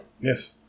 Yes